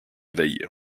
veille